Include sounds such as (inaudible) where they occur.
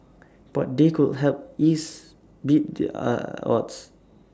but they could help ease beat the (unintelligible) odds